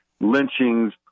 lynchings